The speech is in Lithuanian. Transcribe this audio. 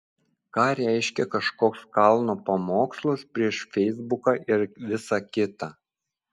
ką reiškia kažkoks kalno pamokslas prieš feisbuką ir visa kita